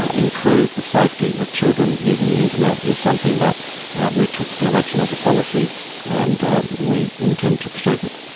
ah improve the safety of children using the internet is something that we took to the election as a policy and ah we intend to proceed with.